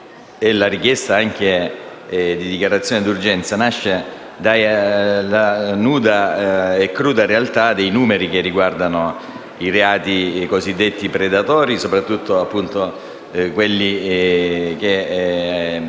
richiesta di dichiarazione d'urgenza nascono dalla nuda e cruda realtà dei numeri che riguardano i reati cosiddetti predatori e soprattutto quelli che